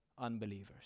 unbelievers